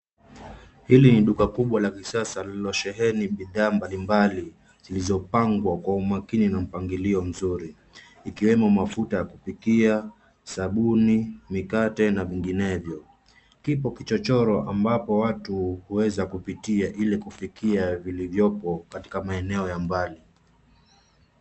Hili ni duka kubwa la kisasa lililosheheni bidhaa mbalimbali zilizopangwa kwa umaakini na mpangilio mzuri. Ikiwemo mafuta ya kupikia, sabuni, mikate na vinginevyo. Kipo kichochoro ambacho watu huweza kupitia ili kufikia vilivyopo katika maeneo ya mbali.